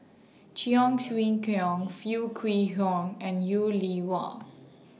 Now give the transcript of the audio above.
Cheong Siew Keong Foo Kwee Horng and YOU Li Wah